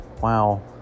Wow